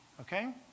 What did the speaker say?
Okay